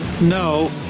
No